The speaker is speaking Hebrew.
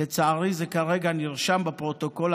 לצערי, זה כרגע נרשם בפרוטוקול.